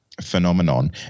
phenomenon